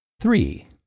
Three